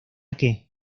que